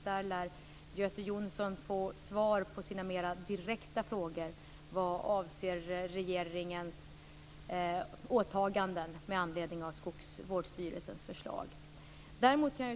Där lär Göte Jonsson få svar på sina mera direkta frågor vad avser regeringens åtaganden med anledning av Skogsstyrelsens förslag.